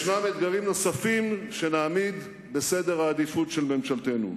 ישנם אתגרים נוספים שנעמיד בסדר העדיפויות של ממשלתנו.